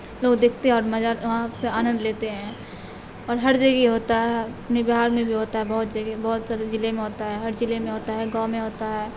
لوگ دیکھتے ہیں اور مزا وہاں پہ آنند لیتے ہیں اور ہر جگہ ہی ہوتا ہے اپنے بہار میں بھی ہوتا ہے بہت جگہ بہت سے ضلع میں ہوتا ہے ہر ضلع میں ہوتا ہے گاؤں میں ہوتا ہے